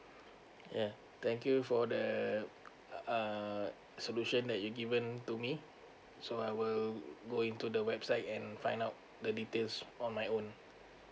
yeah thank you for the uh solution that you've given to me so I will go into the website and find out the details on my own